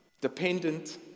dependent